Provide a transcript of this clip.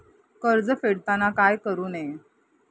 कर्ज फेडताना काय करु नये?